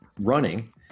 running